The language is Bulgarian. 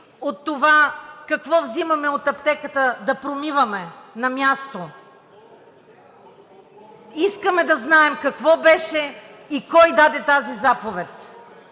от това какво взимаме от аптеката промивахме на място. Искаме да знаем какво беше и кой даде тази заповед?